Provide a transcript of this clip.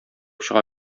чыга